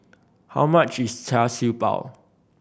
how much is Char Siew Bao